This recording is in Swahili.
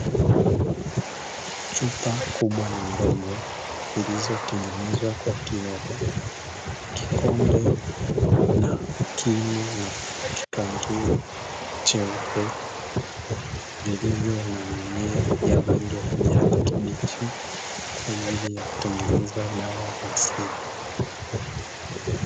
Chupa kubwa na ndogo zilizotengenezwa kwa kioo, kikombe na kinu na kitwangio cheupe vilivyo na mimea ya rangi ya kijani kibichi kwa ajili ya kutengeneza dawa za asili.